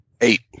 Eight